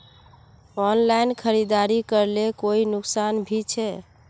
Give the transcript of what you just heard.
Online खरीदारी करले कोई नुकसान भी छे?